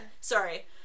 Sorry